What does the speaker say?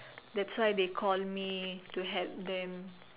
that's why they call me to help them